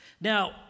Now